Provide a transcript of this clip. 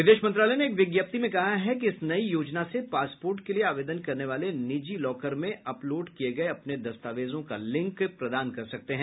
विदेश मंत्रालय ने एक विज्ञप्ति में कहा कि इस नई योजना से पासपोर्ट के लिए आवेदन करने वाले डिजी लॉकर में अपलोड किए गए अपने दस्तावेजों का लिंक प्रदान कर सकते हैं